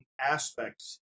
aspects